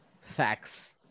facts